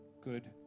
good